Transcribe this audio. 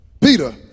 Peter